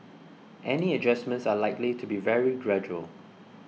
any adjustments are likely to be very gradual